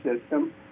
system